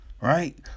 right